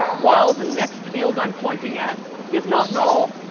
while the next field i'm pointing at is not null,